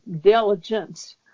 diligence